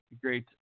great